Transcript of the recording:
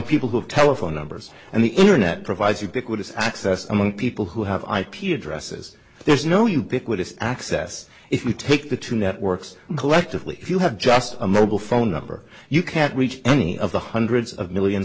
people who have telephone numbers and the internet provides ubiquitous access among people who have ip addresses there's no ubiquitous access if we take the two networks collectively if you have just a mobile phone number you can't reach any of the hundreds of millions